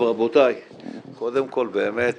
קודם כל באמת